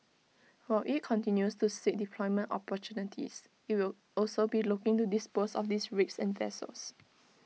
while IT continues to seek deployment opportunities IT will also be looking to dispose of these rigs and vessels